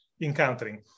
encountering